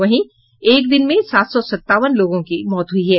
वहीं एक दिन में सात सौ सतावन लोगों की मौत हुई है